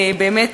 באמת,